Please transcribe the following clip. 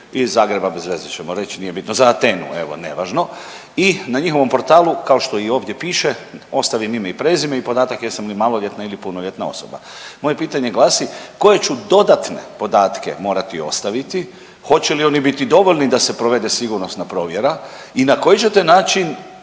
iz Zagreba bez veze ćemo reći nije bitno za Atenu evo nevažno. I na njihovom portalu kao što i ovdje piše ostavim ime i prezime i podatak jesam li maloljetna ili punoljetna osoba. Moje pitanje glasi koje ću dodatne podatke morati ostaviti, hoće li oni biti dovoljni da se provede sigurnosna provjera i na koji ćete način